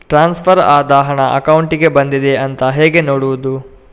Transfer ಆದ ಹಣ ಅಕೌಂಟಿಗೆ ಬಂದಿದೆ ಅಂತ ಹೇಗೆ ನೋಡುವುದು?